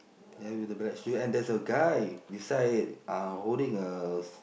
and with the batch here and there's a guy beside it uh holding a f~